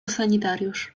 sanitariusz